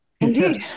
Indeed